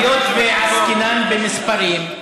אז היות שעסקינן במספרים,